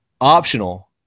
optional